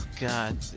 God